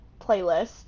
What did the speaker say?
playlist